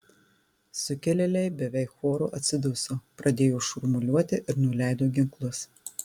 sukilėliai beveik choru atsiduso pradėjo šurmuliuoti ir nuleido ginklus